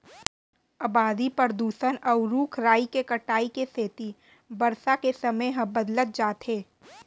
अबादी, परदूसन, अउ रूख राई के कटाई के सेती बरसा के समे ह बदलत जात हे